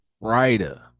writer